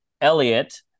Elliot